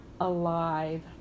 alive